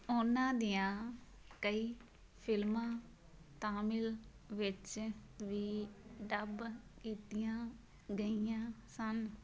ਉਨ੍ਹਾਂ ਦੀਆਂ ਕਈ ਫਿਲਮਾਂ ਤਾਮਿਲ ਵਿੱਚ ਵੀ ਡਬ ਕੀਤੀਆਂ ਗਈਆਂ ਸਨ